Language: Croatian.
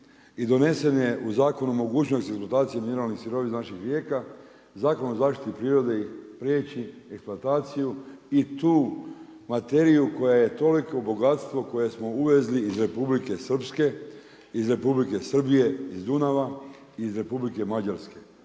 i donesen je u zakonu mogućnost eksploatacije mineralnih sirovina naših rijeka, Zakon o zaštiti prirode im priječi eksploataciju i tu materiju koja je toliko bogatstvo koje smo uvezli iz Republike Srpske, iz Republike Srbije iz Dunava, iz Republike Mađarske